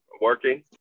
working